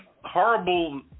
horrible